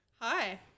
Hi